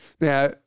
Now